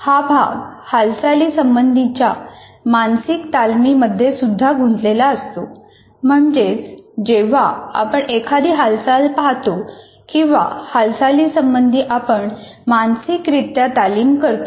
हा भाग हालचाली संबंधीच्या मानसिक तालमी मध्ये सुद्धा गुंतलेला असतो म्हणजेच जेव्हा आपण एखादी हालचाल पाहतो किंवा हालचाली संबंधी आपण मानसिकरित्या तालीम करतो